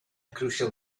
crucial